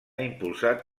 impulsat